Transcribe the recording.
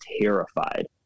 terrified